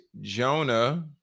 Jonah